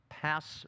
pass